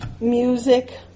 music